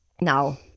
Now